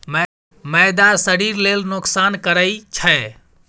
मैदा शरीर लेल नोकसान करइ छै